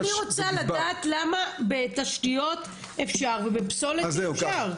אני רוצה לדעת למה בתשתיות אפשר, ובפסולת אי אפשר?